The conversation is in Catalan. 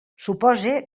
supose